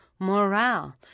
morale